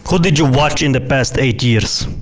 what did you watch in the past eight years